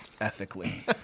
ethically